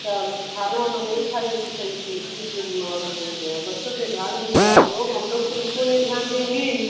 चलो खाना ओना नहीं खाई होगी सही से इसीलिए बीमार हो गई है बच्चों पर ध्यान दीजिए आप लोग हम लोग तो इस्कूल में ध्यान देंगे ही